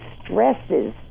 stresses